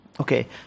Okay